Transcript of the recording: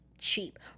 Cheap